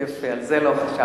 זה יפה, על זה לא חשבתי.